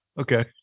okay